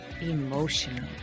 emotional